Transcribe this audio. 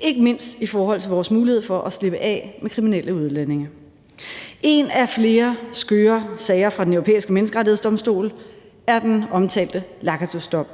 ikke mindst i forhold til vores mulighed for at slippe af med kriminelle udlændinge. En af flere skøre sager fra Den Europæiske Menneskerettighedsdomstol er den omtalte Lacatusdom.